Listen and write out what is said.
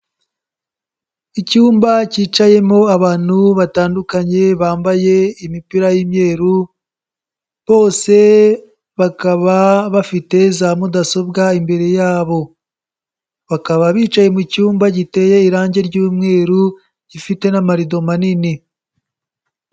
Icyumba cyicayemo abantu batandukanye bambaye imipira y'imyeru, bose bakaba bafite za mudasobwa imbere yabo, bakaba bicaye mu cyumba giteye irange ry'umweru gifite n'amarado manini.